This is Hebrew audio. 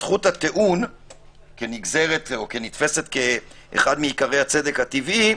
זכות הטיעון נתפסת כאחת מעיקרי הצדק הטבעי.